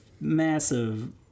massive